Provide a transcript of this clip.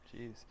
Jeez